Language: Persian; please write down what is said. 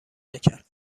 نکرد